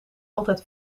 altijd